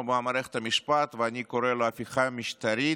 במערכת המשפט" ואני קורא לו "הפיכה משטרית",